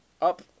up